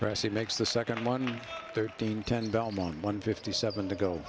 pressing makes the second one thirteen ten belmont one fifty seven to go